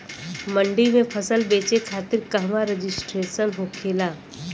मंडी में फसल बेचे खातिर कहवा रजिस्ट्रेशन होखेला?